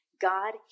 God